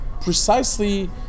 precisely